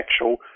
actual